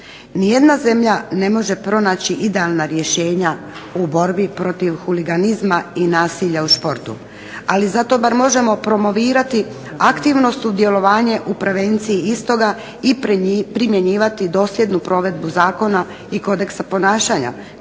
Ni jedna zemlja ne može pronaći idealna rješenja u borbi protiv huliganizma i nasilja u športu. Ali zato bar možemo promovirati aktivno sudjelovanje u prevenciji istoga i primjenjivati dosljednu provedbu zakona i kodeksa ponašanja